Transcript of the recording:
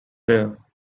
there